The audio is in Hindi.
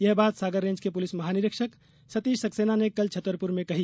ये बात सागर रेंज के पुलिस महानिरीक्षक सतीश सक्सेना ने कल छतरपुर में कही